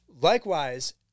Likewise